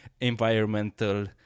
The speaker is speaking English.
environmental